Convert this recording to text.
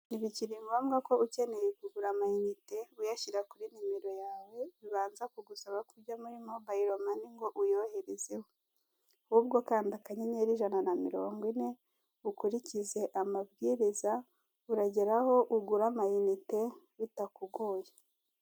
Ntibikiri ngombwa ko ukeneye kugura amayinite, uyashyira kuri nimero yawe, bibanza kugusaba ko ujya muri mobayilo mani ngo uyoherezeho. Ahubwo kanda akanyenyeri, ijana na moringo ine, ukurikize amabwiriza, uragera aho ugura amayinite bitakugoye.